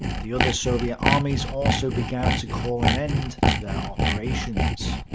the other soviet armies also began to call an end to their operations.